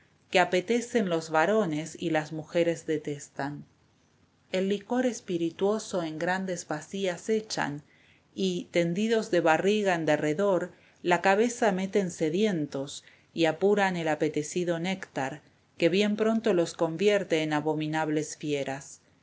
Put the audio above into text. que apetecen los varones y las mujeres detestan el licor espirituoso en grandes bacías echan y tendidos de barriga en derredor la cabeza meten sedientos y apuran el apetecido néctar que bien pronto los convierte en abominables fieras